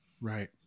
right